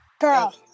girl